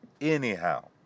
anyhow